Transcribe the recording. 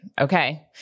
okay